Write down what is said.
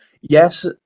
Yes